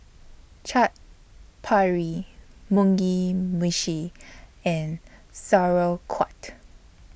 Chaat Papri Mugi Meshi and Sauerkraut